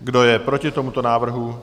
Kdo je proti tomuto návrhu?